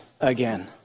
again